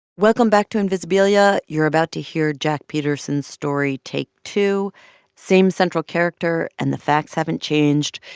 welcome back to invisibilia. you're about to hear jack peterson's story, take two same central character and the facts haven't changed.